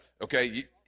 Okay